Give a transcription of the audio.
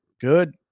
good